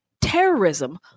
terrorism